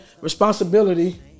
responsibility